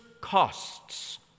costs